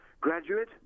graduate